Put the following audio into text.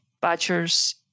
badgers